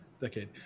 decade